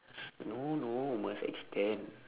no no must extend